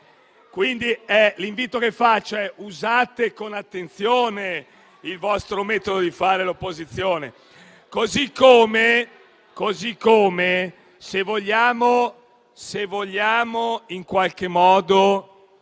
L'invito che rivolgo è: usate con attenzione il vostro metodo di fare opposizione. Così come, se vogliamo in qualche modo